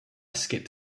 skip